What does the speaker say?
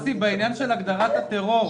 בעניין הגדרת הטרור,